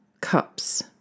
cups